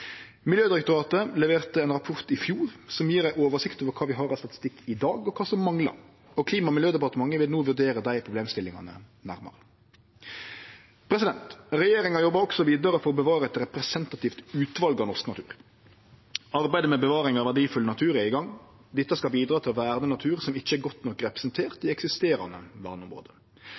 Miljødirektoratet leverte ein rapport i fjor som gjev ei oversikt over kva vi har oversikt over i dag, og kva som manglar. Klima- og miljødepartementet vil no vurdere dei problemstillingane nærmare. Regjeringa jobbar også vidare for å bevare eit representativt utval av norsk natur. Arbeidet med bevaring av verdifull natur er i gang. Dette skal bidra til å verne natur som ikkje er godt nok representert i eksisterande